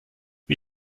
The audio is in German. wie